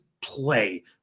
play